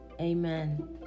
amen